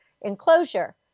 enclosure